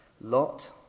Lot